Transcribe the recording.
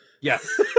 Yes